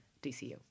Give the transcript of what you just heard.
DCU